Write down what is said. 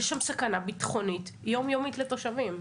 יש שם סכנה ביטחונית יום-יומית לתושבים.